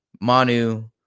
Manu